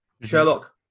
Sherlock